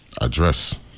address